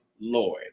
Lloyd